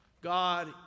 God